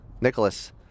Nicholas